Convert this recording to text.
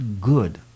good